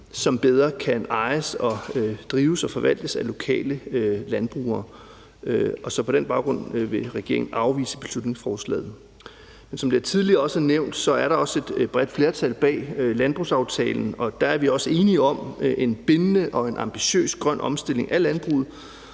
som bedre kan ejes og drives og forvaltes af lokale landbrugere. Så på den baggrund vil regeringen afvise beslutningsforslaget. Som det tidligere også er nævnt, er der også et bredt flertal bag landbrugsaftalen, og der er vi også enige om en bindende og ambitiøs grøn omstilling af landbruget.